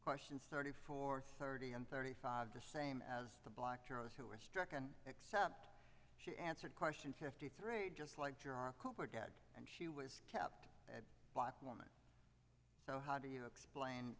questions thirty four thirty and thirty five percent of the black crowes who were stricken except she answered question fifty three just like you are and she was kept at black woman so how do you explain